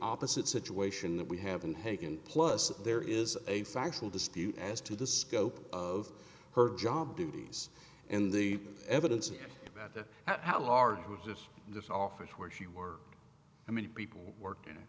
opposite situation that we have and hakan plus there is a factual dispute as to the scope of her job duties and the evidence matter how large was just this office where she worked how many people work